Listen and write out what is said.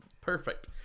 perfect